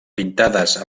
pintades